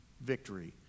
victory